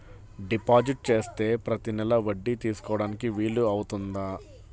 Deposit చేస్తే ప్రతి నెల వడ్డీ తీసుకోవడానికి వీలు అవుతుందా?